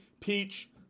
Peach